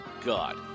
God